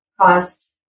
cost